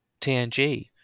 TNG